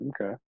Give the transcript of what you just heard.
Okay